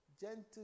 gentle